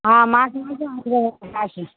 மாசம் மாசம் கொடுக்குற மாதிரி இருந்த நல்லா இருக்கும்